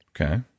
Okay